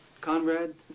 Conrad